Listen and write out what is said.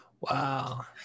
Wow